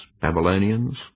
Babylonians